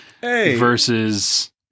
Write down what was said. versus